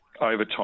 overtime